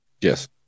Yes